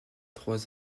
trois